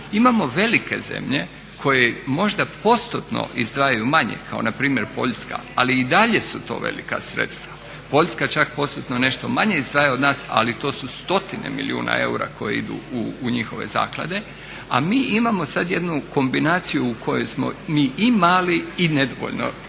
Imamo velike zemlje koje možda postotno izdvajaju manje kao na primjer Poljska, ali i dalje su to velika sredstva. Poljska čak postotno nešto manje izdvaja od nas, ali to su stotine milijuna eura koje idu u njihove zaklade. A mi imamo sad jednu kombinaciju u kojoj smo mi i mali i nedovoljno izdvajamo